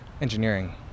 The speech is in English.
Engineering